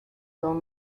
son